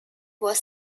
was